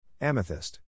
Amethyst